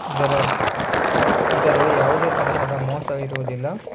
ಇದರಾಲಿ ಇದರಲ್ಲಿ ಯಾವುದೇ ತರಹದ ಮೋಸವಿರುವುದಿಲ್ಲ